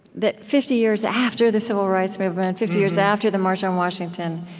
that fifty years after the civil rights movement, fifty years after the march on washington,